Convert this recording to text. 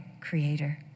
creator